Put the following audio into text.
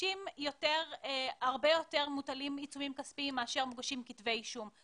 מוטלים הרבה יותר עיצומים כספיים מאשר מוגשים כתבי אישום.